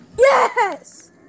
Yes